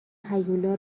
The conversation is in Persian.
هیولا